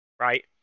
right